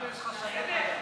82),